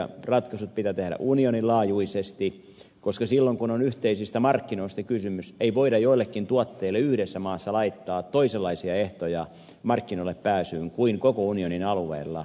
ratkaisut pitää tehdä unioninlaajuisesti koska silloin kun on yhteisistä markkinoista kysymys ei voida joillekin tuotteille yhdessä maassa laittaa toisenlaisia ehtoja markkinoille pääsyyn kuin koko unionin alueella